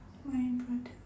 my brother